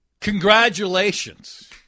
congratulations